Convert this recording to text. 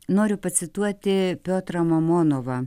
noriu pacituoti piotrą mamonovą